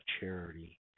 charity